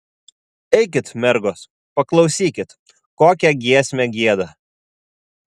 eikit mergos paklausykit kokią giesmę gieda